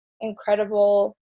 incredible